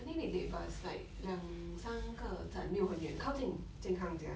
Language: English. I think need take bus like 两三个站没有很远靠近 jian kang 家